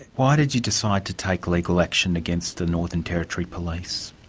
why did you decide to take legal action against the northern territory police?